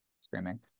Screaming